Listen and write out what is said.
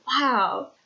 wow